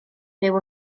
fyw